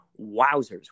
wowzers